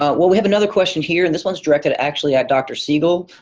well, we have another question here and this one's directed actually at dr. siegel.